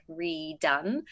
redone